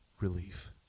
relief